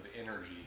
energy